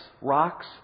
rocks